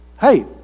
hey